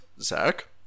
Zach